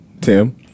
Tim